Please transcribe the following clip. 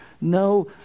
no